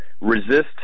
Resist